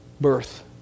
birth